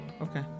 Okay